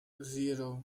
zero